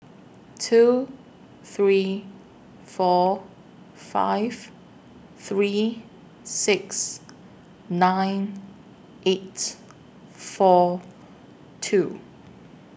two three four five three six nine eight four two